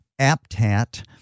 APTAT